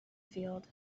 field